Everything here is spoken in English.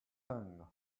thing